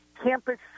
Campus